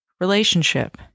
relationship